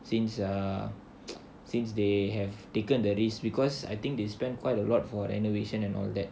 since err since they have taken the risk because I think they spend quite a lot for renovation and all that